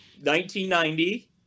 1990